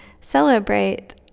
celebrate